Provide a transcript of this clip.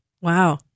Wow